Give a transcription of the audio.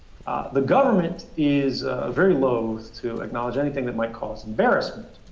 the government is very loath to acknowledge anything that might cause embarrassment.